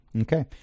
Okay